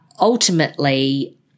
ultimately